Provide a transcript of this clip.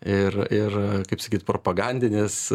ir ir kaip sakyt propagandinės